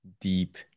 deep